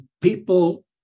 people